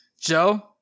Joe